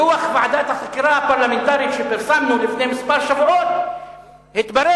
בדוח ועדת החקירה הפרלמנטרית שפרסמנו לפני כמה שבועות התברר,